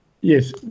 Yes